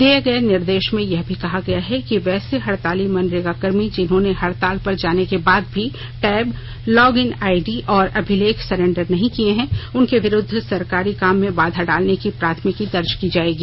दिये गए निर्देश में यह भी कहा गया है कि वैसे हडताली मनरेगाकर्मी जिन्होंने हडताल पर जाने के बाद भी टैब लॉग इन आइडी और अभिलेख सरेंडर नहीं किये हैं उनके विरूद्व सरकारी काम में बाधा डालने की प्राथमिकी दर्ज की जायेगी